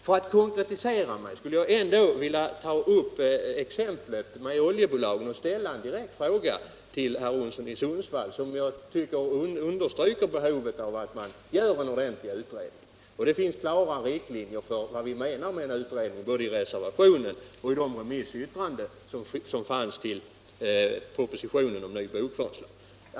För att konkretisera skulle jag ändå vilja ta upp exemplet med oljebolagen och ställa en direkt fråga till herr Olsson i Sundsvall, en fråga som jag tycker understryker behovet av att man gör en ordentlig utredning. Det finns klara riktlinjer för vad vi menar med en utredning både i reservationen och i de remissyttranden som fanns till propositionen.